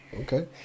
Okay